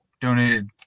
donated